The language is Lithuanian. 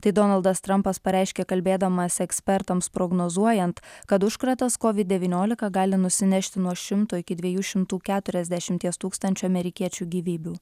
tai donaldas trampas pareiškė kalbėdamas ekspertams prognozuojant kad užkratas covid devyniolika gali nusinešti nuo šimto iki dviejų šimtų keturiasdešimties tūkstančių amerikiečių gyvybių